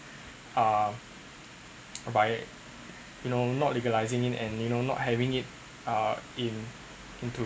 uh or buy it you know not legalizing it and you know not having it uh in into